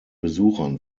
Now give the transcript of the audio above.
besuchern